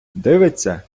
дивиться